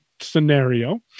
scenario